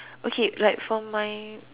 okay like for my